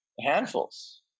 handfuls